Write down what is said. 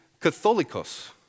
catholicos